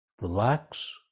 relax